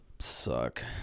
suck